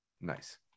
Nice